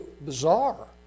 bizarre